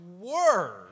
word